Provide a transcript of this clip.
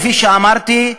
כפי שאמרתי,